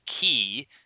key